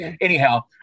anyhow